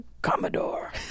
Commodore